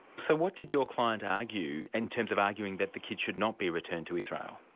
so what did your client argue in terms of arguing that the kids should not be returned to israel?